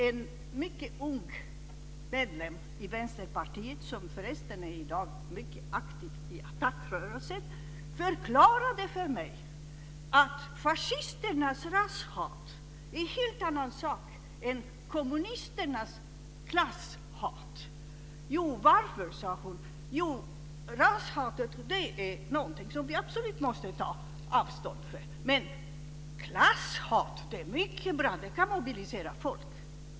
En mycket ung medlem i Vänsterpartiet, som förresten i dag är mycket aktiv i ATTAC-rörelsen, förklarade då för mig att fascisternas rashat är en helt annan sak än kommunisternas klasshat. Varför? Jo, sade hon, rashatet är någonting som vi absolut måste ta avstånd ifrån. Men klasshat är mycket bra, för det kan mobilisera folk.